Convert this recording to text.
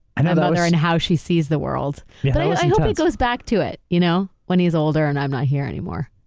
and i'm a mother in how she sees the world but i hope he goes back to it you know when he's older and i'm not here anymore.